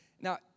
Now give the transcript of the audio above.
Now